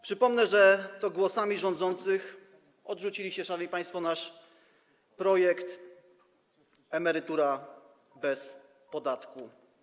Przypomnę, że głosami rządzących odrzucono, szanowni państwo, nasz projekt Emerytura bez podatku.